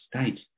state